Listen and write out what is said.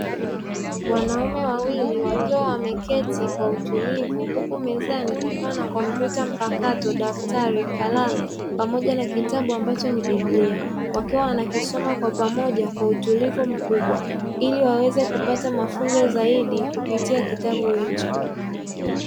Wanaume wawili wakiwa wameketi kwa utulivu, huku mezani kukiwa na kompyuta mpakato, daftari, kalamu pamoja na kitabu ambacho ni biblia, wakiwa wanakisoma kwa pamoja kwa utulivu mkubwa ili waweze kupata mafunzo zaidi kupitia kitabu hicho.